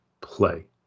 play